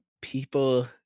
people